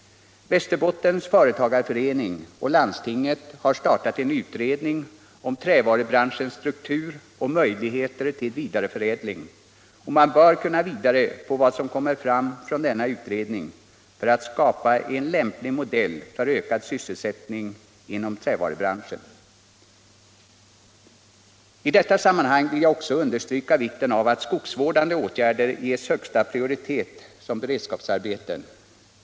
Västerbottens företagareförening och landstinget har startat en utredning om trävarubranschens struktur och möjligheter till vidareförädling, och man bör kunna bygga vidare på vad som kommer fram från denna utredning för att skapa en lämplig modell för ökad sysselsättning inom trävarubranschen. I detta sammanhang vill jag också understryka vikten av att skogsvårdande åtgärder ges högsta prioritet som beredskapsarbeten.